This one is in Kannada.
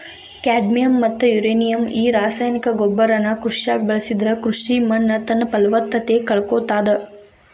ಕ್ಯಾಡಿಯಮ್ ಮತ್ತ ಯುರೇನಿಯಂ ಈ ರಾಸಾಯನಿಕ ಗೊಬ್ಬರನ ಕೃಷಿಯಾಗ ಬಳಸಿದ್ರ ಕೃಷಿ ಮಣ್ಣುತನ್ನಪಲವತ್ತತೆ ಕಳಕೊಳ್ತಾದ